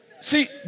See